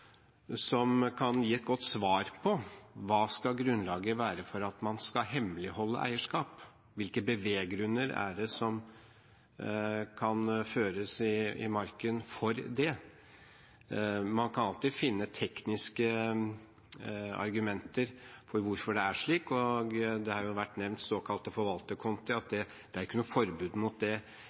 som kan gi et godt svar på hva som skal være grunnlaget for at man skal hemmeligholde eierskap. Hvilke beveggrunner kan føres i marken for det? Man kan alltid finne tekniske argumenter for hvorfor det er slik. Det har vært nevnt forvalterkonti, og det er ikke noe forbud mot det